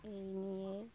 এই নিয়ে